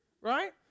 right